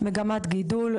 מגמת גידול,